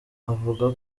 avuga